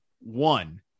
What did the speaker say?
one